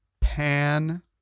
Pan